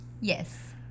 Yes